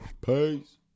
Peace